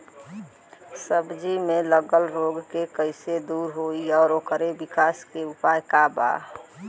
सब्जी में लगल रोग के कइसे दूर होयी और ओकरे विकास के उपाय का बा?